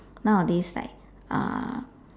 nowadays like uh